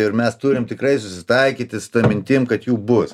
ir mes turim tikrai susitaikyti su ta mintim kad jų bus